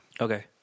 Okay